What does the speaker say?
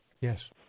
Yes